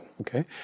Okay